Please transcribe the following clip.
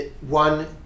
One